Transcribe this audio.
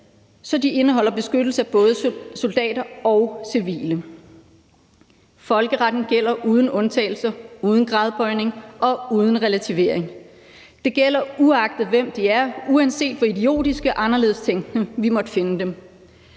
så de indeholder beskyttelse af både soldater og civile. Folkeretten gælder uden undtagelser, uden gradbøjning og uden relativering. Det gælder, uanset hvem de er, og uanset hvor idiotiske og anderledes tænkende vi måtte finde dem.